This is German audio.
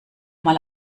mal